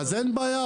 אז אין בעיה,